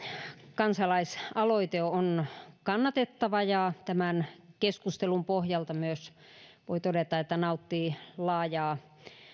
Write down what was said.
kansalaisaloite on kannatettava ja tämän keskustelun pohjalta myös voi todeta nauttii laajaa